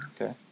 okay